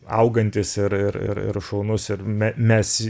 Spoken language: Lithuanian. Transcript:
augantis ir ir ir šaunus ir me mes